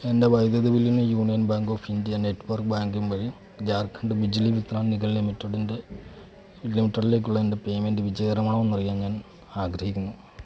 എൻ്റെ വൈദ്യുതി ബില്ലിന് Union Bank of India net banking വഴി ജാർഖണ്ഡ് ബിജ്ലി വിത്രാൻ നിഗം ലിമിറ്റഡിൻ്റെ ലിമിറ്റഡിലേക്കുള്ള എൻ്റെ പേയ്മെൻ്റ് വിജയകരമാണോന്നറിയാൻ ഞാൻ ആഗ്രഹിക്കുന്നു